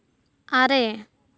ᱟᱨᱮ